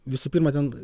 visų pirma ten